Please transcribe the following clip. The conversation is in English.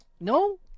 No